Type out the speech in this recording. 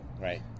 Right